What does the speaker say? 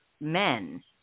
men